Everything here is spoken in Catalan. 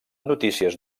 notícies